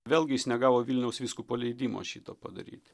vėlgi jis negavo vilniaus vyskupo leidimo šito padaryt